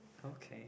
okay